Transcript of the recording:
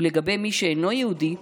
ולגבי מי שאינו יהודי,